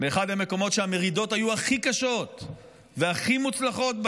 באחד המקומות שבהם המרידות ברומאים היו הכי קשות והכי מוצלחות,